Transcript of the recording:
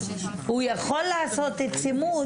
הוא יכול לעשות צימוד.